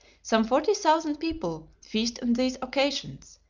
some forty thousand people feast on these occasions,